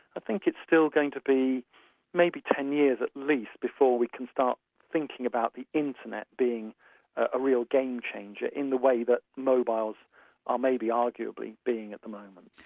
i think it's still going to be maybe ten years at least before we can start thinking about the internet being a real game changer in the way that mobiles are maybe arguably being at the moment.